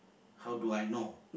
how do I know